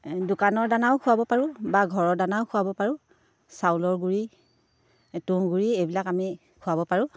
দোকানৰ দানাও খুৱাব পাৰোঁ বা ঘৰৰ দানাও খুৱাব পাৰোঁ চাউলৰ গুড়ি তুঁহ গুড়ি এইবিলাক আমি খুৱাব পাৰোঁ